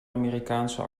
amerikaanse